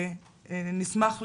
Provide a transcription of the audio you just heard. נשמח לשמוע.